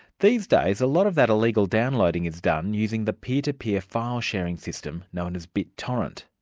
these days, a lot of that illegal downloading is done, using the peer-to-peer file-sharing system known as bittorrent.